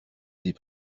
des